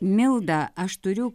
milda aš turiu